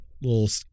little